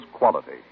quality